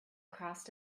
crossed